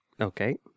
Okay